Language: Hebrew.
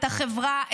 את החברה,